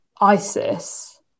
isis